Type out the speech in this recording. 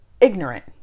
ignorant